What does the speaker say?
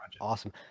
awesome